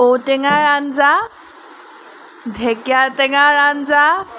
ঔটেঙাৰ আঞ্জা ঢেকীয়া টেঙাৰ আঞ্জা